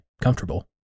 comfortable